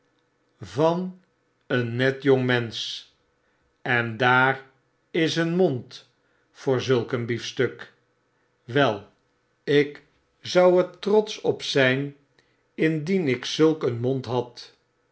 van een net jongmensch en daar is een mond voor zulk een biefstuk wel ik zou er trotsch op zyn indien ik zulk een mond had